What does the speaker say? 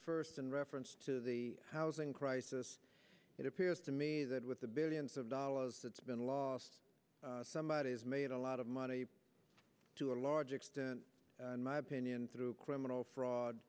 first in reference to the housing crisis it appears to me that with the billions of dollars that's been lost somebody has made a lot of money to a large extent in my opinion through criminal fraud